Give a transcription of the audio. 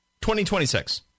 2026